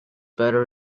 better